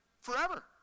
forever